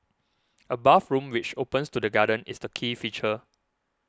a bathroom which opens to the garden is the key feature